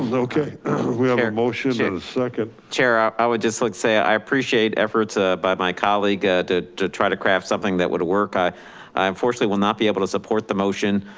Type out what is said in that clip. ah okay we have a motion. and a second. chair ah i would just like say i appreciate efforts ah by my colleagues to to try to craft something that would work. i i unfortunately will not be able to support the motion.